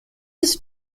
his